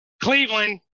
Cleveland